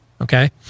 Okay